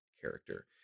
character